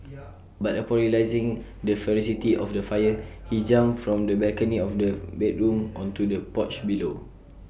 but upon realising the ferocity of the fire he jumped from the balcony of the bedroom onto the porch below